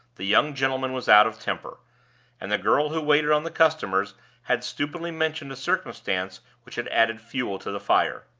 the young gentleman was out of temper and the girl who waited on the customers had stupidly mentioned a circumstance which had added fuel to the fire.